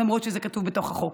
למרות שזה כתוב בתוך החוק.